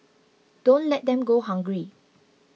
don't let them go hungry